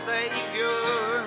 Savior